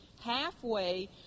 halfway